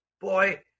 boy